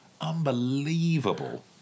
Unbelievable